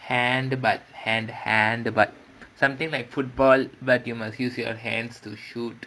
hand but hand hand but something like football but you must use your hands to shoot